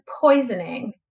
poisoning